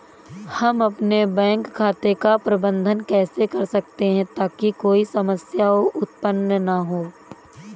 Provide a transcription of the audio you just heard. हम अपने बैंक खाते का प्रबंधन कैसे कर सकते हैं ताकि कोई समस्या उत्पन्न न हो?